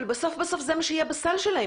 אבל בסוף בסוף זה מה שיהיה בסל שלהם.